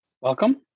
Welcome